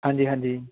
ਹਾਂਜੀ ਹਾਂਜੀ